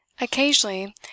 Occasionally